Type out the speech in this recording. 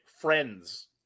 friends